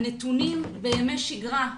הנתונים בימי שגרה,